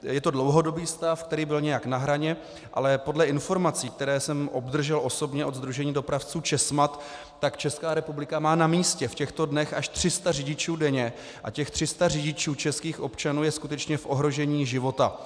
Je to dlouhodobý stav, který byl nějak na hraně, ale podle informací, které jsem obdržel osobně od sdružení dopravců Česmad, tak Česká republika má na místě v těchto dnech až 300 řidičů denně a těch 300 řidičů, českých občanů, je skutečně v ohrožení života.